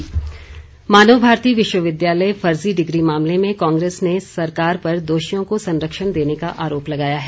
मानव भारती मानव भारती विश्वविद्यालय फर्जी डिग्री मामले में कांग्रेस ने सरकार पर दोषियों को संरक्षण देने का आरोप लगाया है